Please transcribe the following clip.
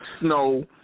Snow